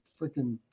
freaking